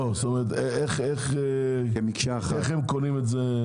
לא, זאת אומרת, איך הם קונים את זה?